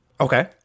Okay